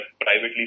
privately